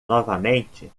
novamente